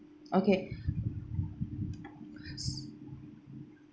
okay